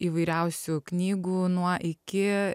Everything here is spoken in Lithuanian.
įvairiausių knygų nuo iki